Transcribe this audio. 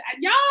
Y'all